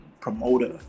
promoter